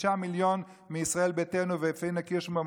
מיליון מישראל ביתנו ומפאינה קירשנבאום,